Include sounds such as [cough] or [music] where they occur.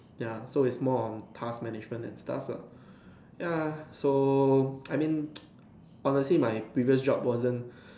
ya so it's more on task management and stuff lah ya so I mean [noise] honestly my previous job wasn't